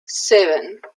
seven